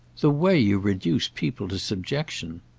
the way you reduce people to subjection!